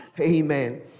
Amen